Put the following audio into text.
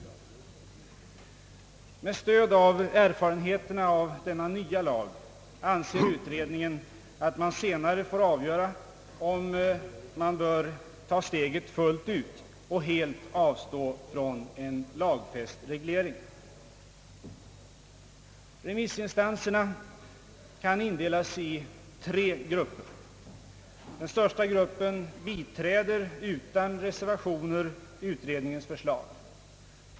Utredningen anser att man med stöd av erfarenheterna av denna nya lag senare får avgöra om man bör ta steget fullt ut och helt avstå från en lagfäst reglering. Remissinstanserna kan indelas i tre grupper. Den största gruppen biträder utan reservationer utredningens förslag.